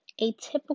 atypical